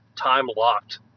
time-locked